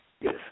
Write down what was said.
Yes